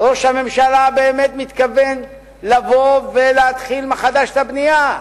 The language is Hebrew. ראש הממשלה באמת מתכוון לבוא ולהתחיל מחדש את הבנייה,